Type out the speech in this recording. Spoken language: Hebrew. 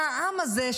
העם הזה,